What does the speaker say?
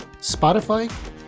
Spotify